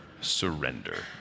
surrender